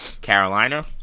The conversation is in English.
Carolina